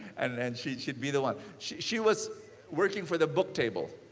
and and she'd she'd be the one. she was working for the book table.